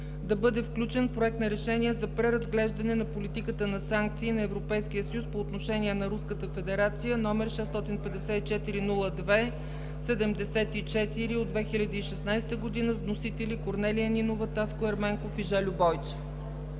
да бъде включен Проект за решение за преразглеждане на политиката на санкции на Европейския съюз по отношение на Руската федерация, № 654-02-74 от 2016 г., с вносители Корнелия Нинова, Таско Ерменков и Жельо Бойчев.